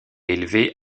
élevé